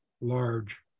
large